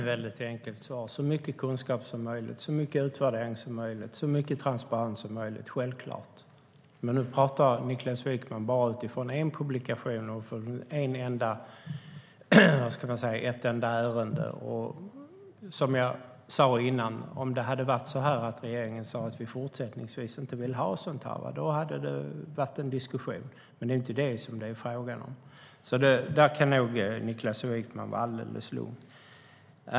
Herr talman! Svaret är väldigt enkelt. Självklart ska vi ha så mycket av kunskap, utvärdering och transparens som möjligt. Men nu pratar Niklas Wykman bara utifrån en publikation i ett enda ärende. Som jag sa innan: Om regeringen hade sagt att vi fortsättningsvis inte vill ha sådant här hade man kunnat diskutera som Niklas Wykman. Men det är inte det som det är fråga om. Där kan nog Niklas Wykman vara alldeles lugn.